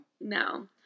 No